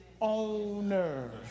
Owner